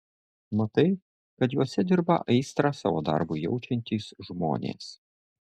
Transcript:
matai kad juose dirba aistrą savo darbui jaučiantys žmonės